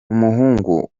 umuhungu